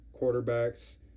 quarterbacks